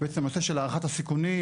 בעצם נושא של הערכת הסיכונים,